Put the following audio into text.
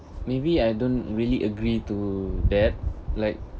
maybe I don't really agree to that like